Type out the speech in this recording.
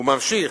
הוא ממשיך: